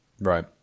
Right